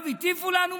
הטיפו לנו מוסר.